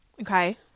Okay